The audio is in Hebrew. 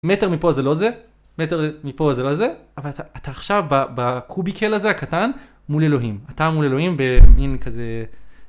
מטר מפה זה לא זה, מטר מפה זה לא זה, אבל אתה עכשיו בקוביקל הזה הקטן, מול אלוהים. אתה מול אלוהים במין כזה...